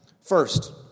First